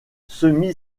semi